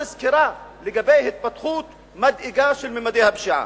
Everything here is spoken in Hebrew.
סקירה לגבי התפתחות מדאיגה של ממדי הפשיעה.